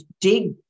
dig